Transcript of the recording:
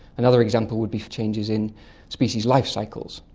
another example would be changes in species' life cycles.